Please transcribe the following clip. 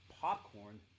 popcorn